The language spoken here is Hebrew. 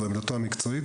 זו עמדתו המקצועית.